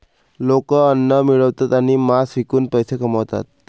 लोक अन्न मिळवतात आणि मांस विकून पैसे कमवतात